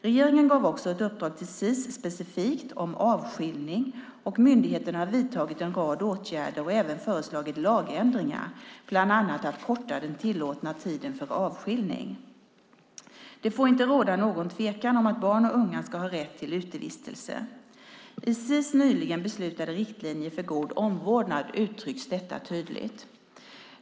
Regeringen gav också ett uppdrag till Sis specifikt om avskiljning, och myndigheten har vidtagit en rad åtgärder och även föreslagit lagändringar, bland annat att korta den tillåtna tiden för avskiljning. Det får inte råda någon tvekan om att barn och unga ska ha rätt till utevistelse. I Sis nyligen beslutade riktlinjer för god omvårdnad uttrycks detta tydligt.